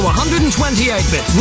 128-bit